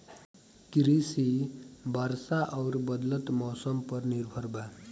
कृषि वर्षा आउर बदलत मौसम पर निर्भर बा